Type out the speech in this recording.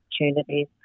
opportunities